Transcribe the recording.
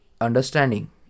Understanding